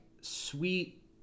sweet